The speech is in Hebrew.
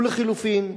ולחלופין,